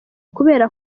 kubera